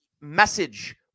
message